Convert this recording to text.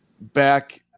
back